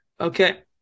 Okay